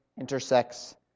intersects